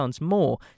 more